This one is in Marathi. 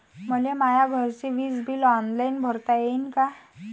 मले माया घरचे विज बिल ऑनलाईन भरता येईन का?